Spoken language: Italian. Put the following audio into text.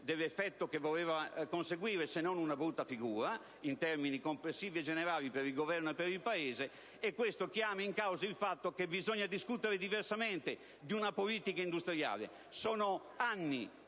all'effetto che voleva conseguire, se non una brutta figura, in termini complessivi e generali, per il Governo e per il Paese. Questo chiama in causa il fatto che bisogna discutere diversamente di una politica industriale. Sono anni